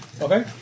Okay